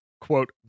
quote